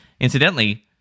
Incidentally